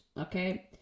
Okay